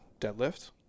deadlift